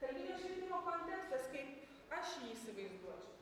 kalbinio švietimo kontekstas kaip kaip aš jį įsivaizduoju